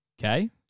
okay